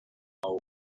tiuj